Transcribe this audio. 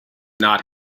not